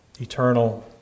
eternal